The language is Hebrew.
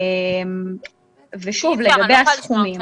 לגבי הסכומים,